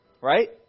Right